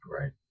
Right